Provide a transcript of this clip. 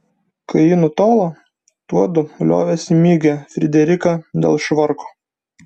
kai ji nutolo tuodu liovėsi mygę frideriką dėl švarko